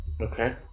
Okay